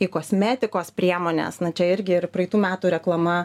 į kosmetikos priemones na čia irgi ir praeitų metų reklama